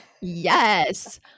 Yes